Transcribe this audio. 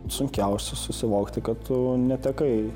sunkiausia susivokti kad tu netekai